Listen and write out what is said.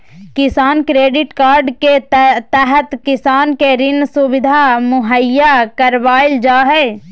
किसान credit card के तहत किसान के ऋण सुविधा मुहैया करावल जा हय